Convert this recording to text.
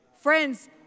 Friends